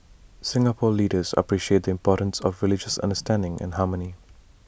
Singapore leaders appreciate the importance of religious understanding and harmony